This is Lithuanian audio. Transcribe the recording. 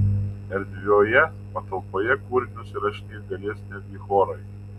erdvioje patalpoje kūrinius įrašinėti galės netgi chorai